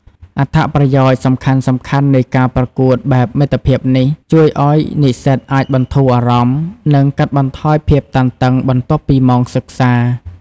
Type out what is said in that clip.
អត្ថប្រយោជន៍សំខាន់ៗនៃការប្រកួតបែបមិត្តភាពនេះ ជួយឱ្យនិស្សិតអាចបន្ធូរអារម្មណ៍ និងកាត់បន្ថយភាពតានតឹងបន្ទាប់ពីម៉ោងសិក្សា។